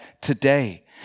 today